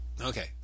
Okay